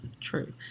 True